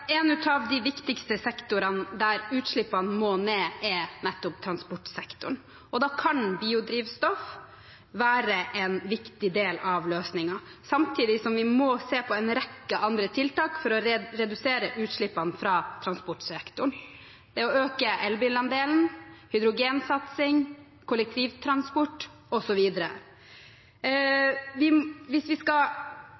nettopp transportsektoren. Da kan biodrivstoff være en viktig del av løsningen, samtidig som vi må se på en rekke andre tiltak for å redusere utslippene fra transportsektoren: øke elbilandelen, hydrogensatsing, kollektivtransport,